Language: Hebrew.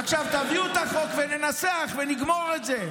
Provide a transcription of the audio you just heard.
תביאו את החוק וננסח, ונגמור את זה.